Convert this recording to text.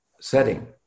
setting